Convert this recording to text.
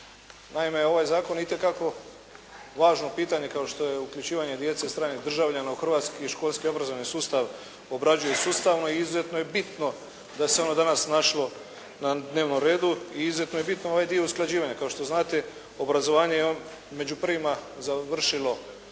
Naime, ovaj zakon itekako važno pitanje kao što je uključivanje djece stranih državljana u hrvatski školski obrazovni sustav obrađuje sustavno i izuzetno je bitno da se ono danas našlo na dnevnom redu i izuzetno je bitno ovaj dio usklađivanja. Kao što znate, obrazovanje je među prvima završilo,